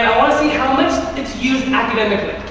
see how much it's used academically.